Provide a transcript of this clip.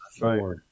right